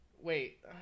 Wait